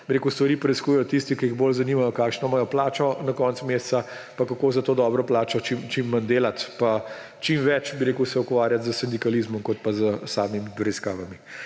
ali pa stvari preiskujejo tisti, ki jih bolj zanima, kakšno imajo plačo na koncu meseca in kako za to dobro plačo čim manj delati in čim več se ukvarjati s sindikalizmom kot pa s samimi preiskavami.